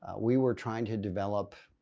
we were trying to develop